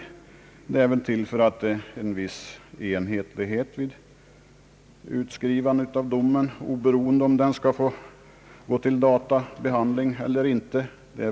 Meningen är att man därmed skall uppnå en viss enhetlighet i utskrivandet av dom i brottmål, oberoende av om den skall gå till databehandling eller inte.